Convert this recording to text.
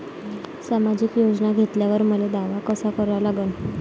सामाजिक योजना घेतल्यावर मले दावा कसा करा लागन?